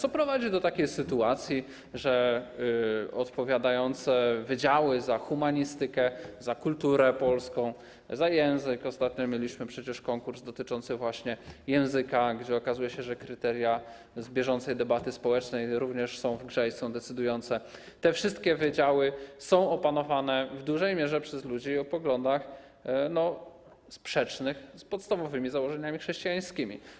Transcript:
To prowadzi do takiej sytuacji, że wydziały odpowiadające za humanistykę, za kulturę polską, za język - ostatnio mieliśmy przecież konkurs dotyczący właśnie języka i okazało się, że kryteria z bieżącej debaty społecznej również są w grze i są decydujące - te wszystkie wydziały są opanowane w dużej mierze przez ludzi o poglądach sprzecznych z podstawowymi założeniami chrześcijańskimi.